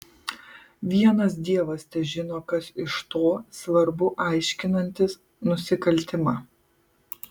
vienas dievas težino kas iš to svarbu aiškinantis nusikaltimą